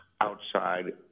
outside